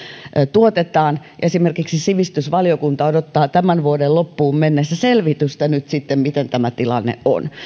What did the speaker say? tuotetaan esimerkiksi sivistysvaliokunta odottaa nyt sitten tämän vuoden loppuun mennessä selvitystä mikä tämä tilanne on